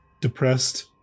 depressed